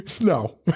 no